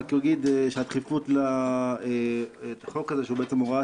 רק אומר שהדחיפות לחוק הזה שהוא בעצם הוראת